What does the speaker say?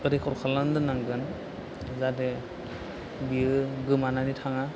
record खालामना दोननांगोन जाथे बेयो गोमानानै थाङा